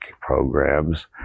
programs